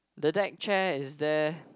the deck chair is there